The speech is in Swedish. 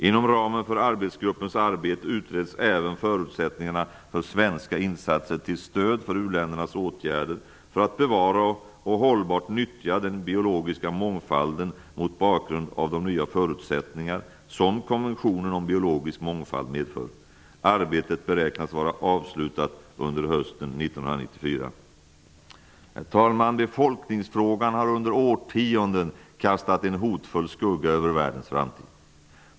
Inom ramen för arbetsgruppens arbete utreds även förutsättningarna för svenska insatser till stöd för uländernas åtgärder för att bevara och hållbart nyttja den biologiska mångfalden mot bakgrund av de nya förutsättningar som konventionen om biologisk mångfald medför. Arbetet beräknas vara avslutat under hösten 1994. Herr talman! Befolkningsfrågan har under årtionden kastat en hotfull skugga över världens framtid.